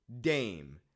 Dame